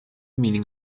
meaning